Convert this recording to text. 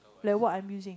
like what I'm using